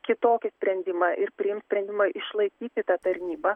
kitokį sprendimą ir priims sprendimą išlaikyti tą tarnybą